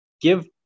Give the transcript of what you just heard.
Give